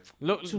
Look